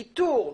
איתור,